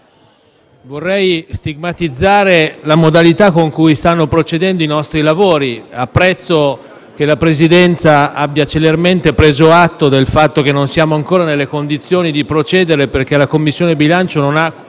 vorrei stigmatizzare la modalità con la quale stanno procedendo nei nostri lavori. Apprezzo che la Presidenza abbia celermente preso atto del fatto che non siamo ancora nelle condizioni di procedere poiché la Commissione bilancio non ha